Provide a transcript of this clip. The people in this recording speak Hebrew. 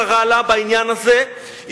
נפילה בפח של נסראללה בעניין הזה,